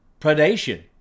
predation